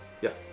Yes